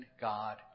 God